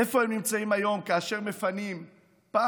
איפה הם נמצאים היום כאשר מפנים פעם